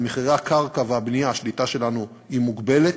על מחירי הקרקע והבנייה השליטה שלנו היא מוגבלת,